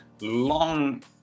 long